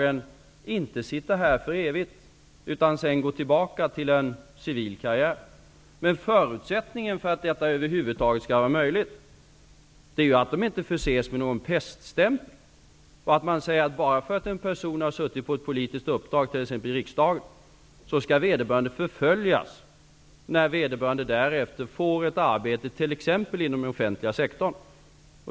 Men de skall inte sitta där för evigt, utan kunna gå tillbaka till en civil karriär. Men förutsättningen för att detta över huvud taget skall vara möjligt är att de inte förses med en peststämpel. Bara för att en person har suttit på ett politiskt uppdrag, t.ex. i riksdagen, skall vederbörande inte förföljas när denna får ett arbete t.ex. inom den offentliga sektorn.